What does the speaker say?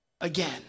again